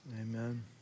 Amen